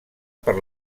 per